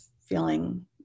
feeling